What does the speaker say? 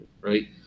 right